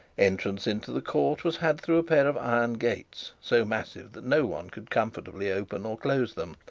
entrance into the court was had through a pair of iron gates, so massive that no one could comfortably open or close them,